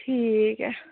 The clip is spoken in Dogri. ठीक ऐ